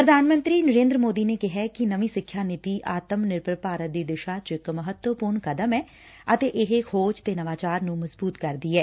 ਪ੍ਰਧਾਨ ਮੰਤਰੀ ਨਰੇਂਦਰ ਮੋਦੀ ਨੇ ਕਿਹੈ ਕਿ ਨਵੀਂ ਸਿੱਖਿਆ ਨੀਤੀ ਆਤਮ ਨਿਰਭਰ ਭਾਰਤ ਦੀ ਦਿਸ਼ਾ ਚ ਇਕ ਮਹੱਤਵਪੁਰਨ ਕਦਮ ਐ ਅਤੇ ਇਹ ਖੋਜ ਤੇ ਨਵਾਚਾਰ ਨੂੰ ਮਜ਼ਬੁਤ ਕਰਦੀ ਐ